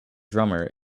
drummer